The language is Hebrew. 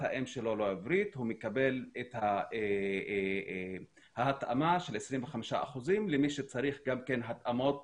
האם שלו לא עברית הוא מקבל את ההתאמה של 25% למי שצריך גם התאמות